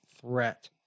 threat